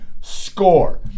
score